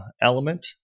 element